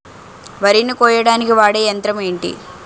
వరి ని కోయడానికి వాడే యంత్రం ఏంటి?